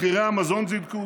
מחירי המזון זינקו.